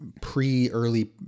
pre-early